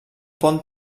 pont